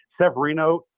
Severino